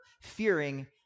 fearing